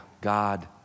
God